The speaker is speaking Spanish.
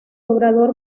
obrador